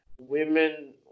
women